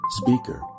speaker